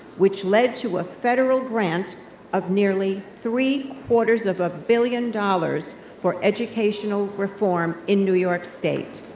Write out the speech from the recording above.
which led to a federal grant of nearly three quarters of a billion dollars for educational reform in new york state.